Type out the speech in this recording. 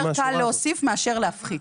יותר קל להוסיף מאשר להפחית.